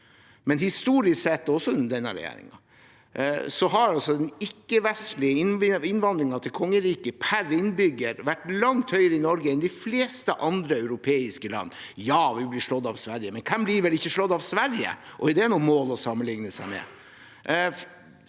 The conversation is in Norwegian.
men historisk sett også under denne regjeringen – har altså den ikke-vestlige innvandringen til kongeriket per innbygger vært langt høyere i Norge enn i de fleste andre europeiske land. Ja, vi blir slått av Sverige, men hvem blir vel ikke slått av Sverige? Og er det noe mål å sammenligne seg med?